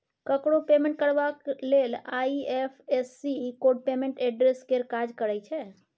ककरो पेमेंट करबाक लेल आइ.एफ.एस.सी कोड पेमेंट एड्रेस केर काज करय छै